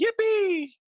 yippee